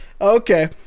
Okay